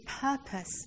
purpose